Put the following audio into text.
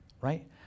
right